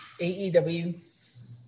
AEW